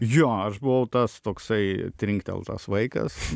jo aš buvau tas toksai trinkteltas vaikas